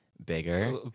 bigger